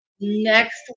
Next